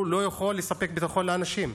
הוא לא יכול לספק ביטחון לאנשים.